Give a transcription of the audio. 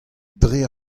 dre